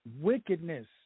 wickedness